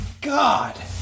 god